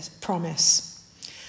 promise